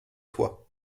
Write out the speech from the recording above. toi